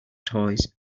toys